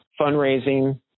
fundraising